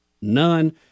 none